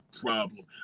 problem